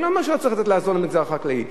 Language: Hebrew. אני לא אומר שלא צריך לעזור למגזר החקלאי,